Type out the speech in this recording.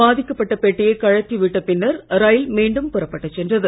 பாதிக்கப்பட்ட பெட்டியை கழற்றி விட்ட பின்னர் ரயில் மீண்டும் புறப்பட்டுச் சென்றது